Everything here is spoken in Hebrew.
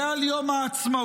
זה על יום העצמאות,